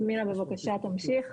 שמילה בבקשה תמשיך.